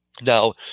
Now